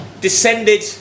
descended